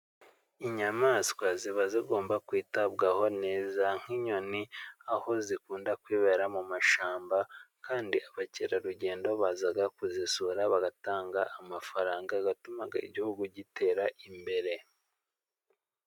Inyamaswa ziba zigomba kwitabwaho neza nk'inyoni aho zikunda kwibera mu mashyamba kandi abakerarugendo baza kuzisura bagatanga amafaranga atuma igihugu gitera imbere.